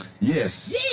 Yes